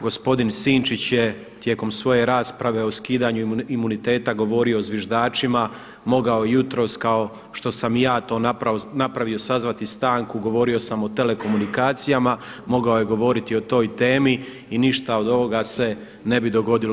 Gospodin Sinčić je tijekom svoje rasprave o skidanju imuniteta govorio o zviždačima, mogao je jutros kao što sam i ja to napravio sazvati stanku, govorio sam o telekomunikacija, mogao je govoriti o toj temi i ništa od ovoga se ne bi dogodilo.